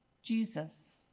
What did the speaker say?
Jesus